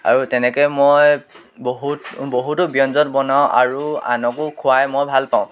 আৰু তেনেকৈ মই বহুত বহুতো ব্যঞ্জন বনাওঁ আৰু আনকো খোৱাই মই ভাল পাওঁ